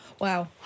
Wow